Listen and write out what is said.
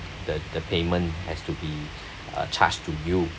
the the payment has to be uh charged to you